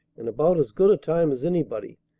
and about as good a time as anybody.